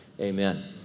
Amen